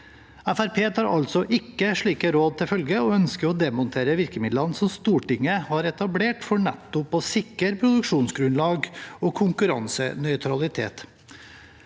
tar altså ikke slike råd til følge og ønsker å demontere virkemidlene som Stortinget har etablert for nettopp å sikre produksjonsgrunnlag og konkurransenøytralitet.